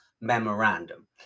memorandum